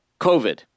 COVID